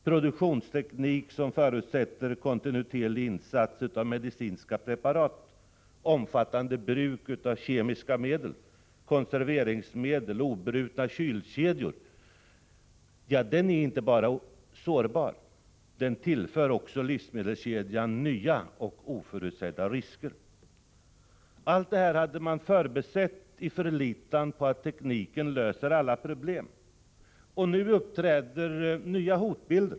Produktionsteknik som förutsätter kontinuerlig insats av medicinska preparat, omfattande bruk av kemiska medel och konserveringsmedel och obrutna kylkedjor är inte bara sårbar — den tillför också livsmedelskedjan nya, oförutsedda risker. Allt detta hade man förbisett i förlitan på att tekniken löser alla problem. Nu uppträder nya hotbilder.